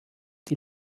die